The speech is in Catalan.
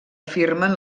afirmen